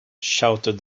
shouted